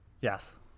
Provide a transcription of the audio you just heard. Yes